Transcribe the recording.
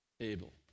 able